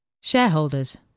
Shareholders